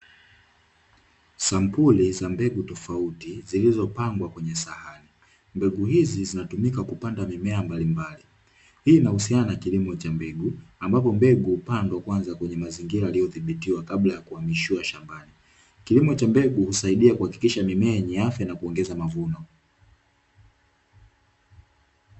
Sampuli za mbegu tofauti, zilizopangwa kwenye sahani. Mbegu hizi zinatumika kupanda mimea mbalimbali. Hii inahusiana na kilimo cha mbegu, ambapo mbegu hupandwa kwanza kwenye mazingira yaliyodhibitiwa kabla ya kuhamishiwa shambani. Kilimo cha mbegu husaidia kuhakikisha mimea yenye afya na kuongeza mavuno.